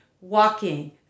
walking